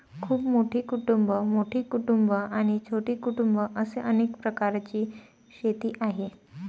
खूप मोठी कुटुंबं, मोठी कुटुंबं आणि छोटी कुटुंबं असे अनेक प्रकारची शेती आहे